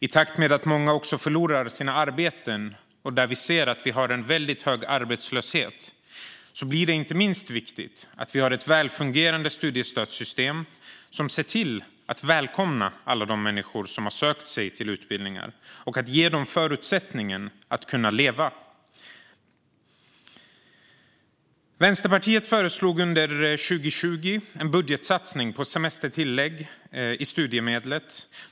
I takt med att många också förlorar sina arbeten, och där vi ser att vi har en väldigt hög arbetslöshet, blir det inte minst viktigt att vi har ett välfungerande studiestödssystem som välkomnar alla människor som har sökt sig till utbildningar och ger dem förutsättningen att leva. Vänsterpartiet föreslog under 2020 en budgetsatsning på semestertillägg i studiemedlet.